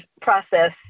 process